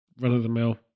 run-of-the-mill